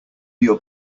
your